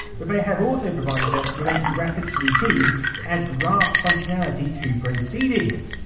but they have also provided us but a graphics routine to add graph functionality to proceedings.